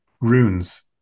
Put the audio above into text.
runes